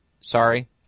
sorry